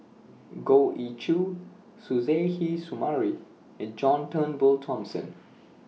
Goh Ee Choo Suzairhe Sumari and John Turnbull Thomson